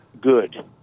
good